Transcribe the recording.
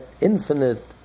infinite